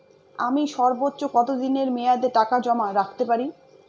আমি সর্বোচ্চ কতদিনের মেয়াদে টাকা জমা রাখতে পারি?